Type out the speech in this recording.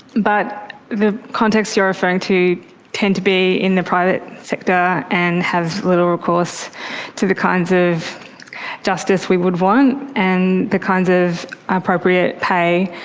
but the context you are referring to tends to be in the private sector and have little recourse to the kinds of justice we would want and the kinds of appropriate pay.